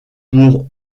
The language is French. pour